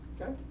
Okay